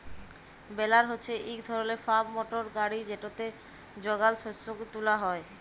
বেলার হছে ইক ধরলের ফার্ম মটর গাড়ি যেটতে যগাল শস্যকে তুলা হ্যয়